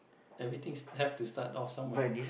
everything s~ have to start off somewhere